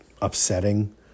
upsetting